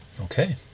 Okay